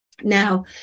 now